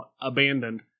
abandoned